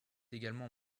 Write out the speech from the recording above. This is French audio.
également